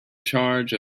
charge